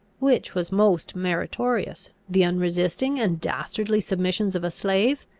which was most meritorious, the unresisting and dastardly submission of a slave,